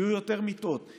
יהיו יותר מיטות,